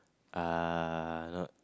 ah no